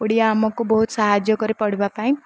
ଓଡ଼ିଆ ଆମକୁ ବହୁତ ସାହାଯ୍ୟ କରେ ପଢ଼ିବା ପାଇଁ